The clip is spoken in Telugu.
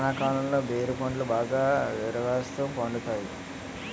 వానాకాలంలో బేరి పండ్లు బాగా విరాగాస్తు పండుతాయి